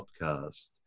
podcast